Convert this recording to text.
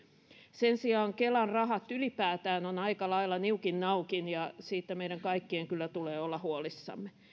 sen sijaan kelan rahat ylipäätään ovat aika lailla niukin naukin ja siitä meidän kaikkien kyllä tulee olla huolissamme